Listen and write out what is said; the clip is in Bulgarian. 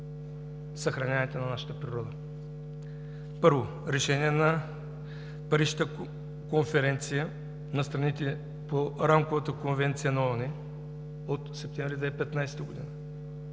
съхраняването на нашата природа. Първо, решение на Парижката конференция на страните по Рамковата конвенция на ООН от месец септември 2015 г.